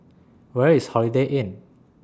Where IS Holiday Inn